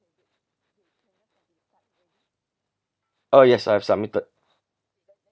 oh yes I have submitted